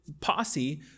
posse